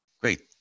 Great